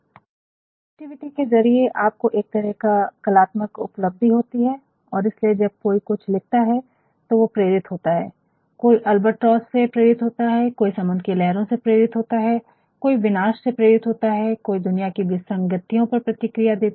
फिर क्रिएटिविटी के ज़रिये आपको एक तरह का कलात्मक उपलब्धि होती है और इसलिए जब कोई कुछ लिखता है तो वो प्रेरित होता है कोई अल्बाट्रोस से प्रेरित होता है कोई समुन्द्र कि लहरों से प्रेरित होता है कोई विनाश से प्रेरित होता है कोई दुनिया की विसंगतियों पर प्रतिक्रिया देता है